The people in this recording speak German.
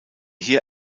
hier